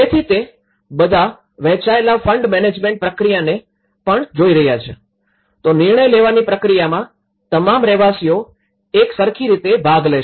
તેથી તે બધા વહેંચાયેલ ફંડ મેનેજમેન્ટ પ્રક્રિયાને પણ જોઈ રહ્યા છે તો નિર્ણય લેવાની પ્રક્રિયામાં તમામ રહેવાસીઓ એક સરખી રીતે ભાગ લેશે